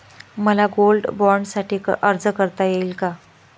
मला गोल्ड बाँडसाठी अर्ज करता येईल का?